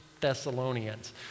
Thessalonians